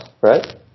right